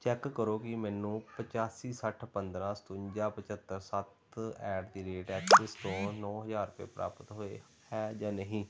check ਕਰੋ ਕਿ ਮੈਨੂੰ ਪਚਾਸੀ ਸੱਠ ਪੰਦਰਾਂ ਸਤਵੰਜਾ ਪਜੱਤਰ ਸੱਤ ਐਟ ਦੀ ਰੇਟ ਐਕਸਿਸ ਤੋਂ ਨੌਂ ਹਜ਼ਾਰ ਰੁਪਏ ਪ੍ਰਾਪਤ ਹੋਏ ਹੈ ਜਾਂ ਨਹੀਂ